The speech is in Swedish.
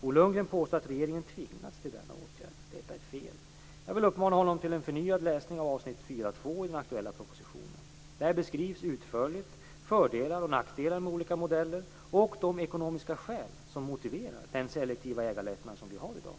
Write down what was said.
Bo Lundgren påstår att regeringen tvingats till denna åtgärd. Detta är fel. Jag vill uppmana honom till en förnyad läsning av avsnitt 4.2 i den aktuella propositionen . Där beskrivs utförligt fördelar och nackdelar med olika modeller och de ekonomiska skäl som motiverar den selektiva ägarlättnad som vi har i dag.